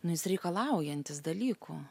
nu jis reikalaujantis dalykų